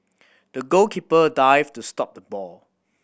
the goalkeeper dived to stop the ball